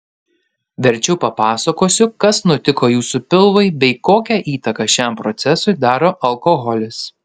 verčiau papasakosiu kas nutiko jūsų pilvui bei kokią įtaką šiam procesui daro alkoholis